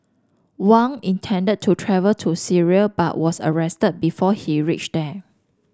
Wang intended to travel to Syria but was arrested before he reached there